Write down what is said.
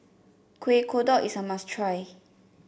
Kueh Kodok is a must try